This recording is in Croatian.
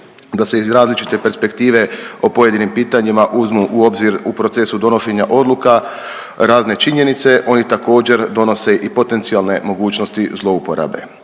da se iz različite perspektive o pojedinim pitanjima uzmu u obzir u procesu donošenja odluka razne činjenice, oni također donose i potencijalne mogućnosti zlouporabe.